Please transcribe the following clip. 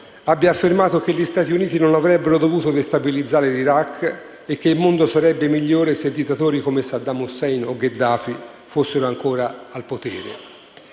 ha affermato che gli Stati Uniti non avrebbero dovuto destabilizzare l'Iraq e che il mondo sarebbe migliore se dittatori come Saddam Hussein o Gheddafi fossero ancora al potere.